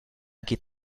geht